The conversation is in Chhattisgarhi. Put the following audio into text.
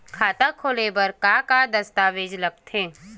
खाता खोले बर का का दस्तावेज लगथे?